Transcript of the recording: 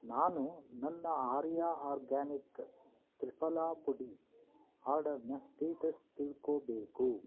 ನಾನು ನನ್ನ ಆರ್ಯ ಆರ್ಗ್ಯಾನಿಕ್ ತ್ರಿಫಲಾ ಪುಡಿ ಆರ್ಡರ್ನ ಸ್ಟೇಟಸ್ ತಿಳ್ಕೊಳ್ಬೇಕು